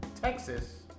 Texas